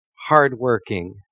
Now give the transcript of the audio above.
hardworking